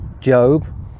Job